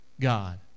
God